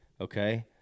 okay